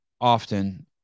often